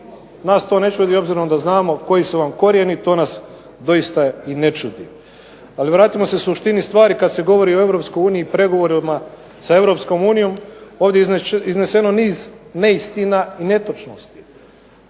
Nas to ne čudi obzirom da znamo koji su vam korijeni, to nas doista i ne čudi. Ali vratimo se suštini stvari, kad se govori o EU pregovorima s EU ovdje je izneseno niz neistina i netočnosti.